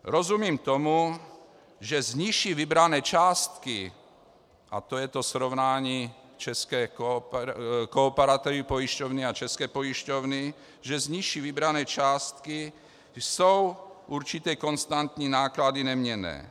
Rozumím tomu, že z nižší vybrané částky, a to je to srovnání Kooperativy pojišťovny a České pojišťovny, že z nižší vybrané částky jsou určité konstantní náklady neměnné.